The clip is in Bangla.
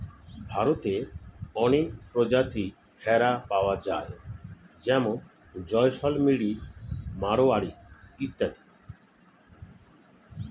ভারতে অনেক প্রজাতির ভেড়া পাওয়া যায় যেমন জয়সলমিরি, মারোয়ারি ইত্যাদি